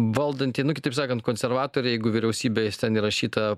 valdanti nu kitaip sakant konservatoriai jeigu vyriausybėj ten įrašyta